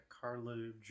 Carlo